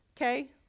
Okay